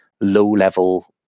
low-level